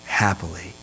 Happily